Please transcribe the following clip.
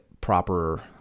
proper